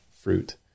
fruit